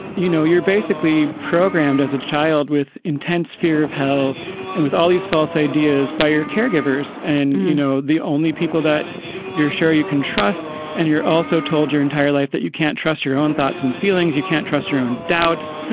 you know, you're basically programmed as a child with intense fear of hell and with all these false ideas by your caregivers and, you know, the only people that you're sure you can trust and you're also told your entire life that you can't trust your own thoughts and feelings. you can't trust your own doubts.